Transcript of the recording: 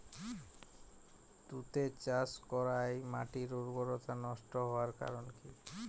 তুতে চাষ করাই মাটির উর্বরতা নষ্ট হওয়ার কারণ কি?